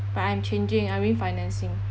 but I'm changing I'm refinancing